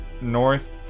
north